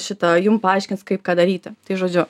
šita jum paaiškins kaip ką daryti tai žodžiu